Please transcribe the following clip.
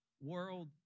world